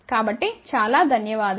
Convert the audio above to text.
కాబట్టి చాలా ధన్యవాదాలు